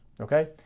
okay